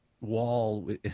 wall